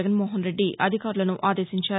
జగన్మోహన్ రెడ్డి అధికారులను ఆదేశించారు